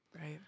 right